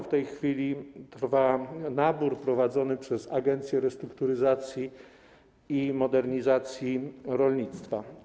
W tej chwili trwa nabór prowadzony przez Agencję Restrukturyzacji i Modernizacji Rolnictwa.